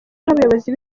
n’abayobozi